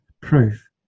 proof